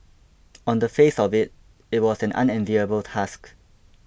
on the face of it it was an unenviable task